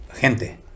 gente